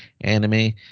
anime